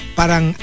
parang